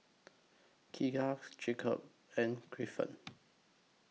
Keegans Jacob and Griffin